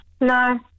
No